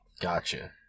Gotcha